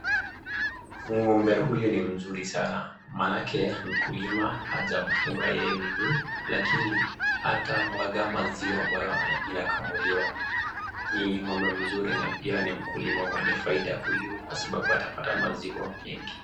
Ngombe huyu ni mzuri sanaa, maanake mkulima hajamfunga yeye miguu lakini hata mwaga maziwa ambayo anakamuliwa. Ni ngombe mzuri na pia ni mkulima mwenye faida huyu kwa sababu atapata maziwa mengi.